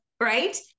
Right